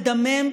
מדמם,